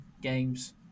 games